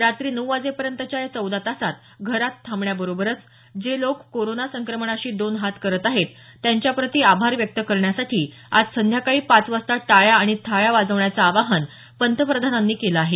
रात्री नऊ वाजेपर्यंतच्या या चौदा तासांत घरात थांबण्याबरोबरच जे लोक कोरोना संक्रमणाशी दोन हात करत आहेत त्यांच्या प्रति आभार व्यक्त करण्यासाठी आज संध्याकाळी पाच वाजता टाळ्या आणि थाळ्या वाजवण्याच आवाहन पतप्रधानानी केल आहे